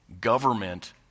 government